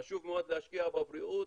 חשוב מאוד להשקיע בבריאות,